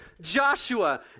Joshua